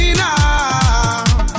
now